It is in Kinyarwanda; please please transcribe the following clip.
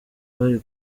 bari